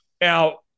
now